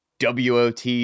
wot